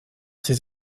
ses